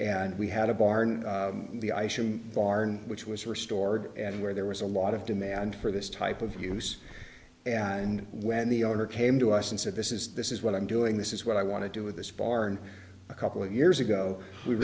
and we had a barn the ice barn which was restored and where there was a lot of demand for this type of use and when the owner came to us and said this is this is what i'm doing this is what i want to do with this barn a couple of years ago we